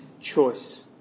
choice